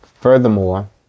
Furthermore